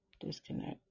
Disconnect